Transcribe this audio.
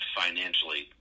financially